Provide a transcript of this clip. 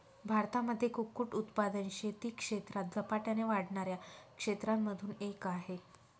भारतामध्ये कुक्कुट उत्पादन शेती क्षेत्रात झपाट्याने वाढणाऱ्या क्षेत्रांमधून एक आहे